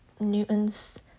newton's